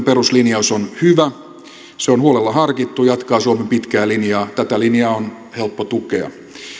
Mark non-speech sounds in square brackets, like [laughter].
[unintelligible] peruslinjaus on hyvä se on huolella harkittu ja jatkaa suomen pitkää linjaa tätä linjaa on helppo tukea